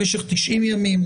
במשך 90 ימים.